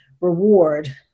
reward